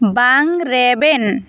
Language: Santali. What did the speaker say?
ᱵᱟᱝ ᱨᱮᱵᱮᱱ